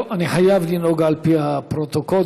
אני חייב לנהוג על פי הפרוטוקול.